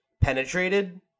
penetrated